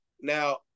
Now